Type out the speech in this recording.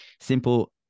simple